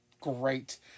great